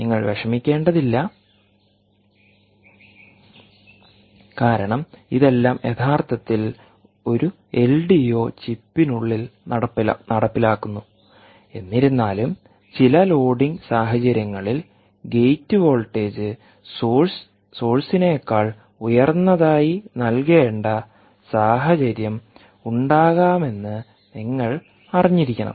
നിങ്ങൾ വിഷമിക്കേണ്ടതില്ല കാരണം ഇതെല്ലാം യഥാർത്ഥത്തിൽ ഒരു എൽഡിഒ ചിപ്പിനുള്ളിൽ നടപ്പിലാക്കുന്നു എന്നിരുന്നാലും ചില ലോഡിംഗ് സാഹചര്യങ്ങളിൽ ഗേറ്റ് വോൾട്ടേജ് സോഴ്സിനേക്കാൾ ഉയർന്നതായി നൽകേണ്ട സാഹചര്യം ഉണ്ടാകാമെന്ന് നിങ്ങൾ അറിഞ്ഞിരിക്കണം